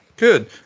good